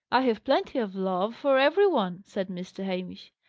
i have plenty of love for every one, said mr. hamish.